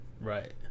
Right